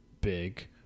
big